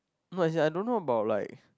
no as in I don't know about like